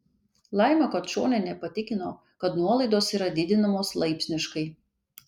laima kačonienė patikino kad nuolaidos yra didinamos laipsniškai